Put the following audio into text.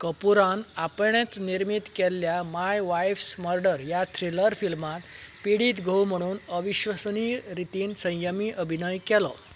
कपुरान आपणेच निर्मीत केल्ल्या माय वाइफस मर्डर ह्या थ्रिलर फिल्मांत पिडीत घोव म्हणून अविश्वसनीय रितीन संयमी अभिनय केलो